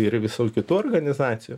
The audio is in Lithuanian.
ir visų kitų organizacijų